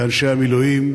לאנשי המילואים,